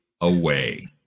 away